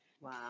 Wow